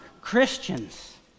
Christians